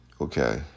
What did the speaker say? Okay